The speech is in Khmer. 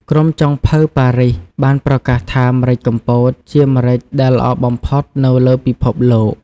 ក្រុមចុងភៅប៉ារីស បានប្រកាសថា ម្រេចកំពត ជាម្រេចដែលល្អបំផុតនៅលើពិភពលោក។